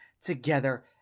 together